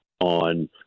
on